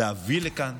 להביא לכאן,